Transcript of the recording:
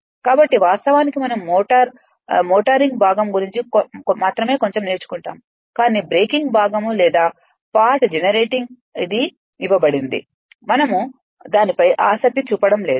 కాబట్టి వాస్తవానికి మనం మోటరింగ్ భాగం గురించి మాత్రమే కొంచెం నేర్చుకుంటాము కానీ బ్రేకింగ్ భాగం లేదా పార్ట్ జనరేటింగ్ అది ఇవ్వబడింది కానీ మనము దానిపై ఆసక్తి చూపడంలేదు